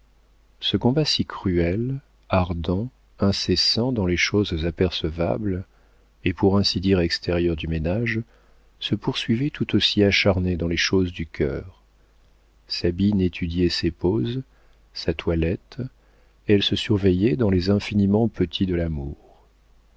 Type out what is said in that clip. ce combat si cruel ardent incessant dans les choses apercevables et pour ainsi dire extérieures du ménage se poursuivait tout aussi acharné dans les choses du cœur sabine étudiait ses poses sa toilette elle se surveillait dans les infiniment petits de l'amour